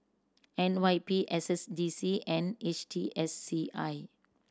N Y P S S D C and H T S C I